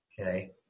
Okay